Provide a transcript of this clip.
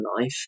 life